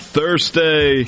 Thursday